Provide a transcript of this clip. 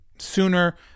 Sooner